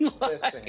Listen